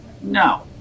No